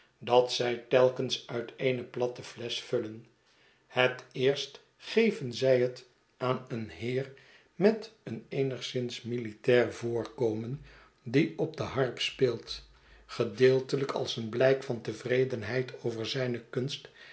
dat zij telkens uit eene platte flesch vullen ret eerst geven zij het aan een heer met een eenigszins militair voonkomen die op de harp speelt gedeeltelijk als een blijk van tevredenheid over zijne kunst